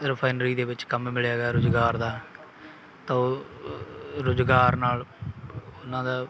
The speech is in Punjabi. ਰਿਫਾਇਨਰੀ ਦੇ ਵਿੱਚ ਕੰਮ ਮਿਲਿਆ ਗਾ ਰੁਜ਼ਗਾਰ ਦਾ ਤਾਂ ਉਹ ਰੁਜ਼ਗਾਰ ਨਾਲ ਉਹਨਾਂ ਦਾ